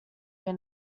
your